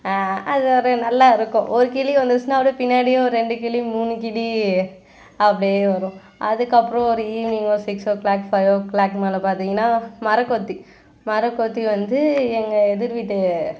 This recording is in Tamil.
அது ஒரு நல்லா இருக்கும் ஒரு கிளி வந்துச்சுன்னா அப்படியே பின்னாடியே ஒரு ரெண்டு கிளி மூணு கிளி அப்படியே வரும் அதுக்கப்புறம் ஒரு ஈவினிங் ஒரு six o'clock five o'clock மேலே பார்த்தீங்கன்னா மரங்கொத்தி மரங்கொத்தி வந்து எங்கள் எதிர் வீட்டு